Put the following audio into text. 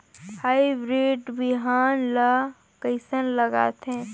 Hybrid बिहान ला कइसन लगाथे?